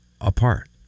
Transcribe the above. apart